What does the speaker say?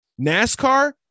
NASCAR